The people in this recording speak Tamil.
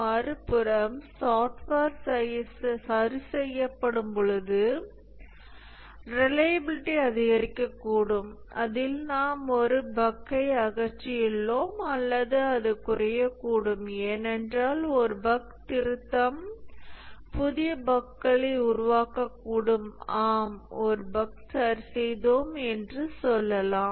மறுபுறம் சாஃப்ட்வேர் சரிசெய்யப்படும்போது ரிலையபிலிட்டி அதிகரிக்கக்கூடும் அதில் நாம் ஒரு பஃக்கை அகற்றியுள்ளோம் அல்லது அது குறையக்கூடும் ஏனென்றால் ஒரு பஃக் திருத்தம் புதிய பஃக்களை உருவாக்கக்கூடும் ஆம் ஒரு பஃக் சரிசெய்தோம் என்று சொல்லலாம்